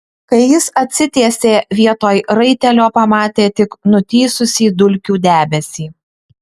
kai jis atsitiesė vietoj raitelio pamatė tik nutįsusį dulkių debesį